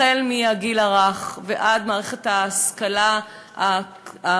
החל מהגיל הרך ועד מערכת ההשכלה הכללית,